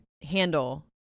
Handle